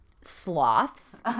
Sloths